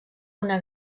una